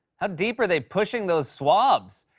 how deep are they pushing those swabs?